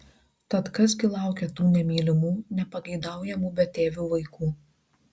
tad kas gi laukia tų nemylimų nepageidaujamų betėvių vaikų